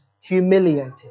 humiliated